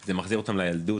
זה מחזיר אותם לילדות,